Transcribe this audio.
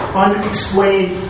unexplained